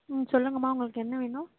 ம் சொல்லுங்கள்ம்மா உங்களுக்கு என்ன வேணும்